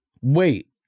Wait